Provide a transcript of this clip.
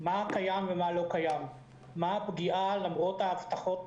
מה קיים ומה לא קיים, מה הפגיעה למרות ההבטחות